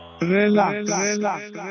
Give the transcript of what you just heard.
relax